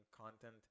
content